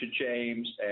James